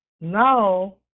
Now